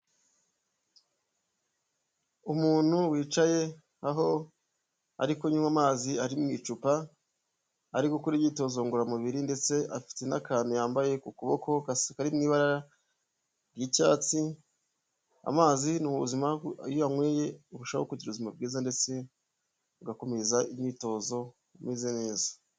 Umuntu wicaye, aho ariko kunywa amazi ari mu icupa, ari gukora imyitozo ngororamubiri ndetse afite n'akantu yambaye ku kuboko kari mu ibara ry'icyatsi, amazi ni ubuzima iyo uyanyweye, urushaho kugira ubuzima bwiza ndetse ugakomeza imyitozo umeze neza.